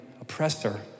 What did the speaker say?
oppressor